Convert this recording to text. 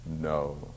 No